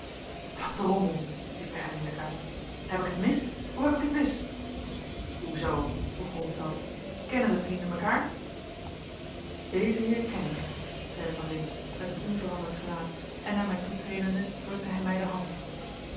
drommel riep hij eindelijk uit heb ik het mis of heb ik het wis hoe zoo vroeg holmfeld kennen de vrienden mekaar dezen heer ken ik zeide van lintz met een onveranderd gelaat en naar mij toetredende drukte hij mij de hand